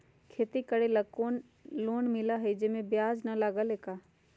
खेती करे ला लोन मिलहई जे में ब्याज न लगेला का?